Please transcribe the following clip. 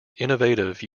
innovative